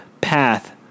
path